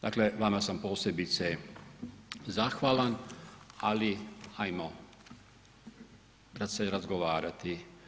Dakle, vama sam posebice zahvalan, ali hajmo sad se razgovarati.